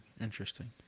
Interesting